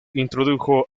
introdujo